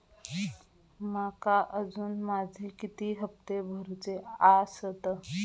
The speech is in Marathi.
माका अजून माझे किती हप्ते भरूचे आसत?